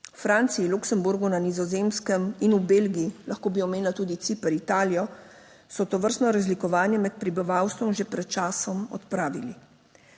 Franciji, Luksemburgu, na Nizozemskem in v Belgiji, lahko bi omenila tudi Ciper, Italijo, so tovrstno razlikovanje med prebivalstvom že pred časom odpravili.